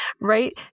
right